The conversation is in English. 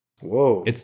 Whoa